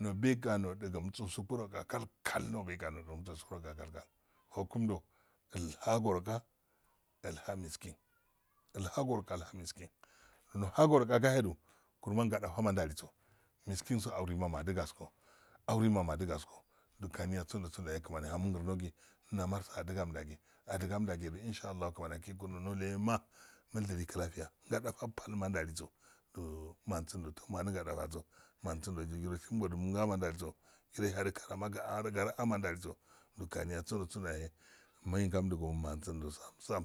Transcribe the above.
nobno hga mtsaoro roya kalka lokundo hagoroga ine miskininhadaroroqa nahagoroga ihe mtstoro yoro gahed koruman ngudafan daliso miskin anima madigusko aurima madasko kaniya sado- sado kani ahan adugamduinsha allah kani akigi kundu wolema mudelik kafiya ngasondo jiron karama garaga ma ndaliso kamiya sndo- sndo yae mehe ngandu go mansondo sam sam,